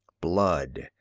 blood,